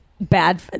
bad